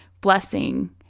blessing